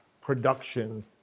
production